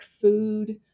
food